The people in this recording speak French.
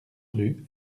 rue